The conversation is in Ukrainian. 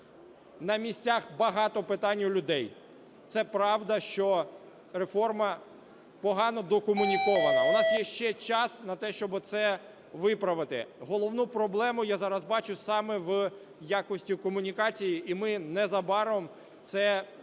на місцях багато питань у людей. Це правда, що реформа погано докомунікована. У нас є ще час на те, щоб це виправити. Головну проблему я зараз бачу саме в якості комунікації, і ми незабаром це плануємо